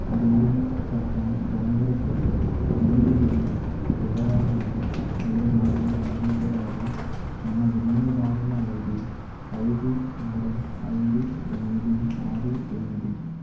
billing చక్రం జనవరి కోసం నీటి బిల్లు వివరాలను మీరు నాకు అందించగలరా నా వినియోగదారుల ఐ డి ఐదు ఆరు ఐదు ఎనిమిది ఆరు ఎనిమిది